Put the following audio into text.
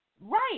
Right